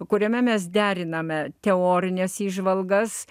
kuriame mes deriname teorines įžvalgas